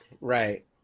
right